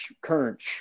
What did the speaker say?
current